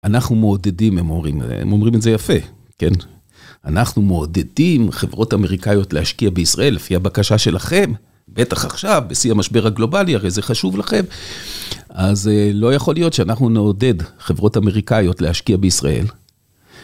אנחנו מעודדים, הם אומרים את זה יפה, כן? אנחנו מעודדים חברות אמריקאיות להשקיע בישראל לפי הבקשה שלכם, בטח עכשיו, בשיא המשבר הגלובלי, הרי זה חשוב לכם. אז אה.. לא יכול להיות שאנחנו נעודד חברות אמריקאיות להשקיע בישראל.